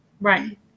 right